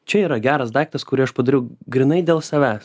čia yra geras daiktas kurį aš padariau grynai dėl savęs